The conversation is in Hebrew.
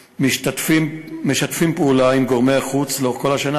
משתפים פעולה עם גורמי חוץ לאורך כל השנה,